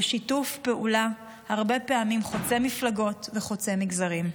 הרבה פעמים בשיתוף פעולה חוצה מפלגות וחוצה מגזרים.